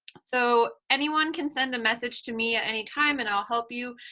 so anyone can send a message to me at any time and i'll help you.